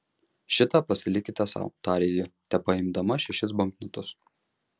šitą pasilikite sau tarė ji tepaimdama šešis banknotus